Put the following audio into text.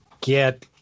get